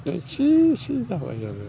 एसे एसे जाबाय आरो